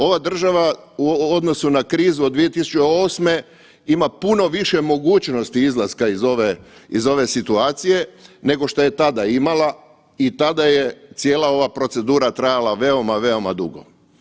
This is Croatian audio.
Ova država u odnosu na krizu od 2008. ima puno više mogućnosti izlaska iz ove situacije nego šta je tada imala i tada je cijela ova procedura trajala veoma, veoma dugo.